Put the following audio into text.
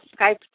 Skype